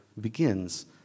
begins